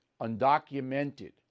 undocumented